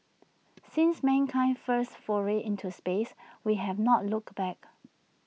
since mankind's first foray into space we have not looked back